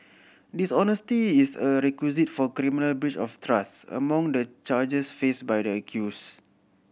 dishonesty is a requisite for criminal breach of trust among the charges faced by the accused